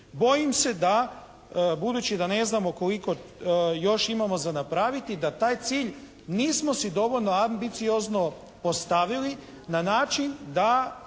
Bojim se da budući da ne znamo koliko još imamo za napraviti da taj cilj nismo si dovoljno ambiciozno postavili na način da